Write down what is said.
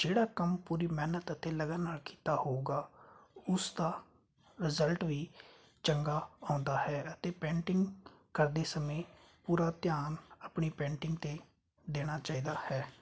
ਜਿਹੜਾ ਕੰਮ ਪੂਰੀ ਮਿਹਨਤ ਅਤੇ ਲਗਨ ਕੀਤਾ ਹੋਊਗਾ ਉਸ ਦਾ ਰਿਜ਼ਲਟ ਵੀ ਚੰਗਾ ਆਉਂਦਾ ਹੈ ਅਤੇ ਪੇਂਟਿੰਗ ਕਰਦੇ ਸਮੇਂ ਪੂਰਾ ਧਿਆਨ ਆਪਣੀ ਪੇਂਟਿੰਗ 'ਤੇ ਦੇਣਾ ਚਾਹੀਦਾ ਹੈ